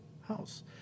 house